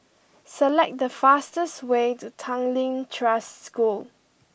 select the fastest way to Tanglin Trust School